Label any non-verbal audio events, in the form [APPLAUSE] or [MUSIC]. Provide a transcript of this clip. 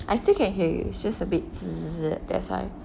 I still can hear you just a bit [NOISE] that's why